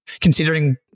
considering